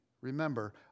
Remember